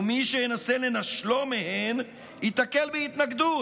ומי שינסה לנשלו מהן ייתקל בהתנגדות.